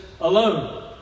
alone